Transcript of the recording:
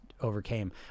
overcame